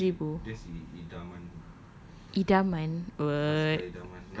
berapa belas ribu idaman [what]